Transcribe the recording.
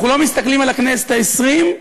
אנחנו לא מסתכלים על הכנסת העשרים,